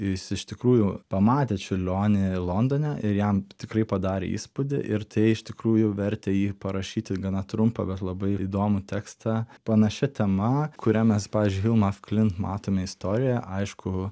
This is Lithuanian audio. jis iš tikrųjų pamatė čiurlionį londone ir jam tikrai padarė įspūdį ir tai iš tikrųjų vertė jį parašyti gana trumpą bet labai įdomų tekstą panašia tema kuria mes pavyzdžiui hilmą klint matome istorijoje aišku